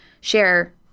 share